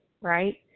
right